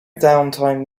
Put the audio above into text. downtime